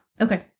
Okay